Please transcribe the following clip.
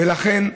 ולכן,